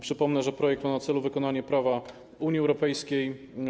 Przypomnę, że projekt ma na celu wykonanie prawa Unii Europejskiej.